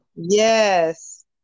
Yes